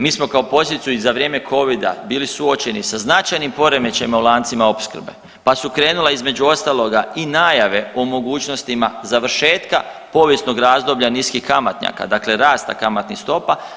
Mi smo kao posljedicu i za vrijeme covida bili suočeni sa značajnim poremećajima u lancima opskrbe, pa su krenula između ostaloga i najave o mogućnostima završetka povijesnog razdoblja niskih kamatnjaka, dakle rasta kamatnih stopa.